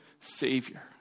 Savior